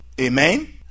Amen